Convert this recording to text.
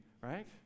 right